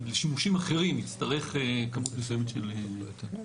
לשימושים אחרים יצטרך כמות מסוימת של מתאן.